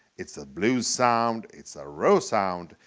it's a blues sound, it's a raw sound,